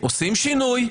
עושים שינוי,